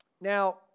Now